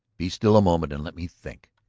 be still a moment and let me think.